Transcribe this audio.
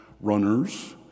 runners